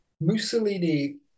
Mussolini